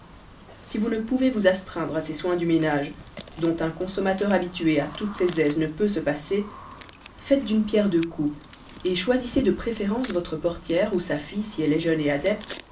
si vous ne pouvez vous astreindre à ces soins du ménage dont un consommateur habitué à toutes ses aises ne peut se passer faites d'une pierre deux coups et choisissez de préférence votre portière ou sa fille si elle est jeune et adepte